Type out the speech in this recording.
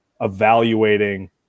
evaluating